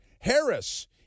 Harris